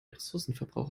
ressourcenverbrauch